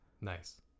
nice